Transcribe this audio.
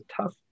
tough